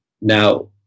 Now